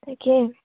তাকে